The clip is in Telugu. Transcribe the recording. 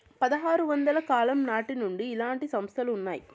పదహారు వందల కాలం నాటి నుండి ఇలాంటి సంస్థలు ఉన్నాయి